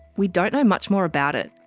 we don't know much more about it.